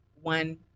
one